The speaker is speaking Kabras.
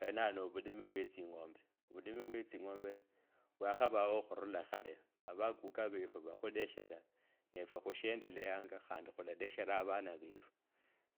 Awenowo no avulimi bye tsing’ombe vulimi vye tsingombe vwakhavao khurula khale avakuwa vefu vakhuleshera nafwe khushendeleyanga khandi khulaleshela avana vufu